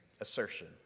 assertion